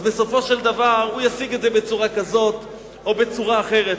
אז בסופו של דבר הוא ישיג את זה בצורה כזאת או בצורה אחרת.